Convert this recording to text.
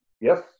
yes